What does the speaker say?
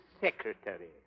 secretary